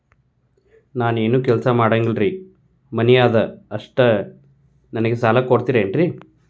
ನಾನು ಏನು ಕೆಲಸ ಮಾಡಂಗಿಲ್ರಿ ಮನಿ ಅದ ಅಷ್ಟ ನನಗೆ ಸಾಲ ಕೊಡ್ತಿರೇನ್ರಿ?